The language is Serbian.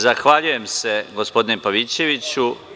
Zahvaljujem se, gospodine Pavićeviću.